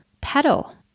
petal